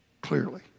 clearly